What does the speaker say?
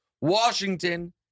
Washington